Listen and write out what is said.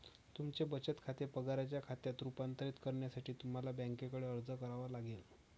तुमचे बचत खाते पगाराच्या खात्यात रूपांतरित करण्यासाठी तुम्हाला बँकेकडे अर्ज करावा लागेल